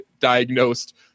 diagnosed